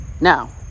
Now